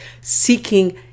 seeking